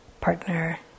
partner